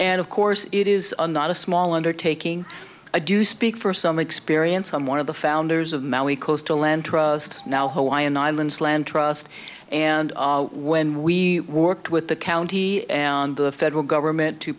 and of course it is not a small undertaking i do speak for some experience i'm one of the founders of maui coastal land trust now hawaiian islands land trust and when we worked with the county and the federal government to